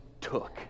took